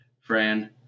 Fran